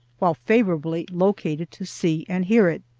while favorably located to see and hear it.